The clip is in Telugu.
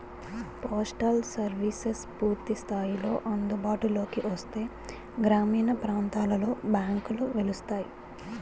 పోస్టల్ సర్వీసెస్ పూర్తి స్థాయిలో అందుబాటులోకి వస్తే గ్రామీణ ప్రాంతాలలో బ్యాంకులు వెలుస్తాయి